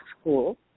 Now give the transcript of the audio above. school